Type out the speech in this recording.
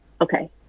okay